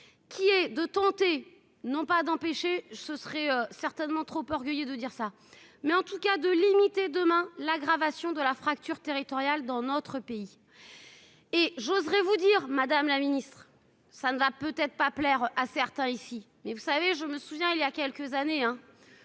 qui est de tenter, non pas d'empêcher ce serait certainement trop orgueilleux de dire ça mais en tout cas de l'illimité demain l'aggravation de la fracture territoriale dans notre pays et j'oserai vous dire madame la ministre. ça ne va peut-être pas plaire à certains ici, mais vous savez, je me souviens il y a quelques années,